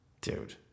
Dude